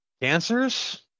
Cancers